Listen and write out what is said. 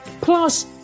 Plus